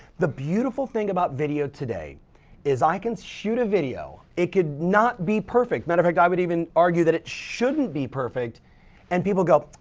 the beautiful thing about video today is i can shoot a video, it could not be perfect. matter of fact, i would even argue that it shouldn't be perfect and people go,